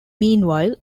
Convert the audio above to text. meanwhile